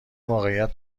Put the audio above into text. واقعیت